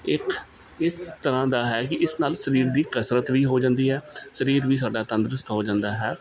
ਇੱਕ ਇਸ ਤਰ੍ਹਾਂ ਦਾ ਹੈ ਕਿ ਇਸ ਨਾਲ ਸਰੀਰ ਦੀ ਕਸਰਤ ਵੀ ਹੋ ਜਾਂਦੀ ਹੈ ਸਰੀਰ ਵੀ ਸਾਡਾ ਤੰਦਰੁਸਤ ਹੋ ਜਾਂਦਾ ਹੈ